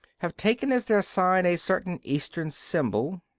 have taken as their sign a certain eastern symbol,